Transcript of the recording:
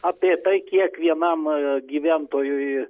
apie tai kiek vienam gyventojui